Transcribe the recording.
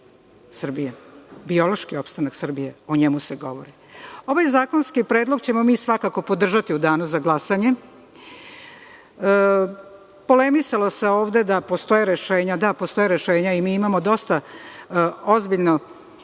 biološki opstanak Srbije, o njemu se govori. Ovaj zakonski predlog ćemo mi svakako podržati u danu za glasanje. Polemisalo se ovde da postoje rešenja. Da, postoje rešenja i mi imamo dosta ozbiljno